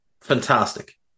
fantastic